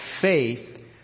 faith